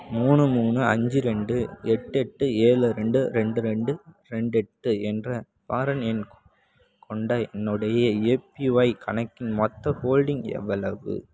மூணு மூணு அஞ்சு ரெண்டு எட்டெட்டு ஏழு ரெண்டு ரெண்டு ரெண்டு ரெண்டெட்டு என்ற பாரன் எண் கொண்ட என்னுடைய ஏபிஒய் கணக்கின் மொத்த ஹோல்டிங் எவ்வளவு